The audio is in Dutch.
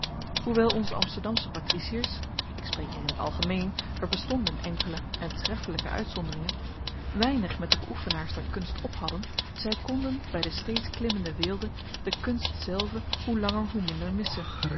hoewel onze amsterdamsche patriciërs ik spreek hier in t algemeen er bestonden enkele en treffelijke uitzonderingen weinig met de beoefenaars der kunst ophadden zij konden bij de steeds klimmende weelde de kunst zelve hoe langer hoe minder missen